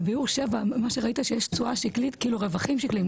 בביאור 7 מה שראית שיש רווחים שקליים,